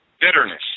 Bitterness